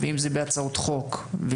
אם זה בהצעות חוק,